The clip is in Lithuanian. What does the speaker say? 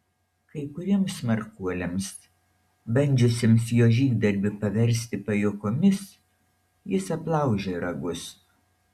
kai kuriems smarkuoliams bandžiusiems jo žygdarbį paversti pajuokomis jis aplaužė ragus